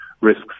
risks